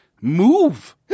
move